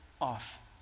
off